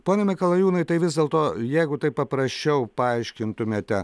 pone mikalajūnai tai vis dėlto jeigu taip paprasčiau paaiškintumėte